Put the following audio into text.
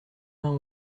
vingt